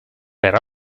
per